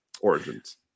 Origins